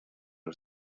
los